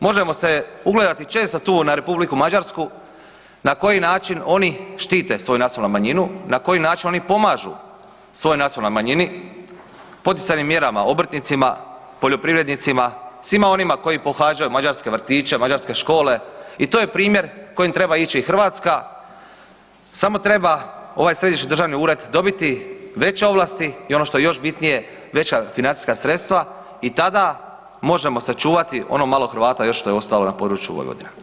Možemo se ugledati često tu na R. Mađarsku na koji način oni štite svoju nacionalnu manjinu, na koji način oni pomažu svojoj nacionalnoj manjini, poticajnim mjerama obrtnicima, poljoprivrednicima, svima onima koji pohađaju mađarske vrtiće, mađarske škole i to je primjer kojim treba ići Hrvatska, samo treba ovaj Središnji državni ured dobiti veće ovlasti i ono što je još bitnije veća financijska sredstva i tada možemo sačuvati ono malo Hrvata još što je ostalo na području Vojvodine.